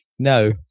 No